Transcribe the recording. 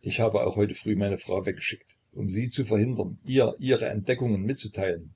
ich habe auch heute früh meine frau weggeschickt um sie zu verhindern ihr ihre entdeckung mitzuteilen